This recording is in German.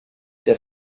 der